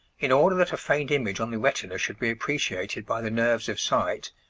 in order that a faint image on the retina should be appreciated by the nerves of sight,